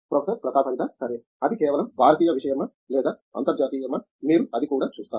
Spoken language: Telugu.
ప్రొఫెసర్ ప్రతాప్ హరిదాస్ సరే అది కేవలం భారతీయ విషయమా లేదా అంతర్జాతీయమా మీరు అది కూడా చూస్తారు